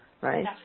right